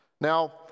Now